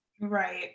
right